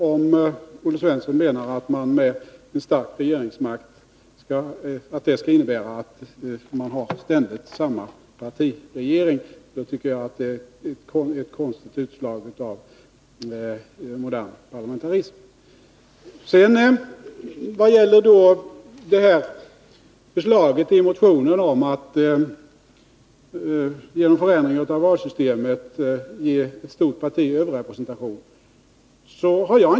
Om Olle Svensson menar att en stark regeringsmakt skall innebära att vi ständigt har samma parti i regeringsställning, tycker jag att det är ett konstigt utslag av modern parlamentarism. Jag har inte gjort mig skyldig till några vantolkningar av förslaget i motionen om att genom förändringar av valsystemet ge ett stort parti överrepresentation.